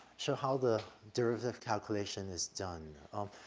show how the derivative calculation is done. um,